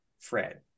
Fred